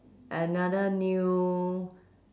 another new